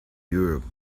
europe